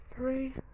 Three